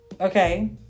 okay